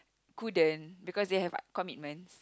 couldn't because they have commitments